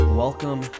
Welcome